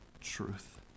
truth